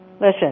Listen